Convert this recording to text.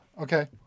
Okay